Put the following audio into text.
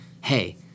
hey